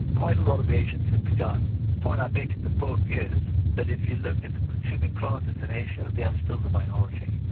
quite a lot of asians have begun. the point i make in the book is that if you look at the consuming classes in asia, they are still the minority.